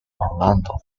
orlando